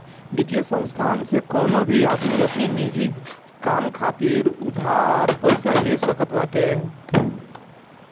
वित्तीय संस्थान से कवनो भी आदमी अपनी निजी काम खातिर उधार पईसा ले सकत बाटे